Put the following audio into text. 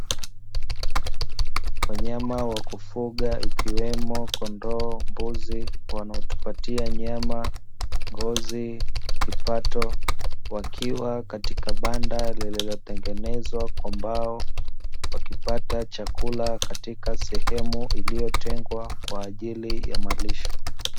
Wanyama wa kufuga ikiwemo kondoo, mbuzi wanaotupatia nyama, ngozi, kipato, wakiwa katika banda lililotengenezwa kwa mbao, wakipata chakula katika sehemu iliyotengwa kwa ajili ya malisho.